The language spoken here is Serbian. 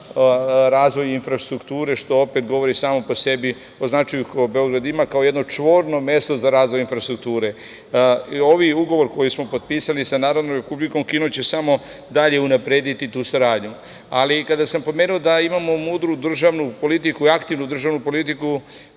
razvoj infrastrukture, što opet govori samo po sebi o značaju koji Beograd ima kao jedno čvorno mesto za razvoj infrastrukture. Ovaj ugovor koji smo potpisali sa Narodnom Republikom Kinom će samo dalje unaprediti tu saradnju. Kada sam pomenuo da imamo mudru državnu politiku i aktivnu državnu politiku,